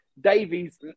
Davies